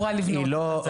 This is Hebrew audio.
נשים.